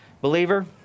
Believer